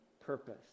purpose